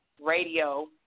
radio